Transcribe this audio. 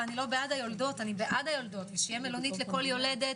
ואני בעד היולדות שתהיה מלונית לכל יולדת,